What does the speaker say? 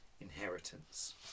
inheritance